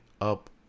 up